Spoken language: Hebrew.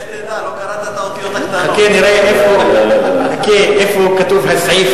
זה היום של יריב לוין.